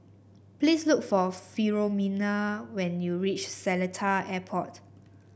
please look for Filomena when you reach Seletar Airport